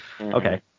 okay